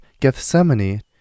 Gethsemane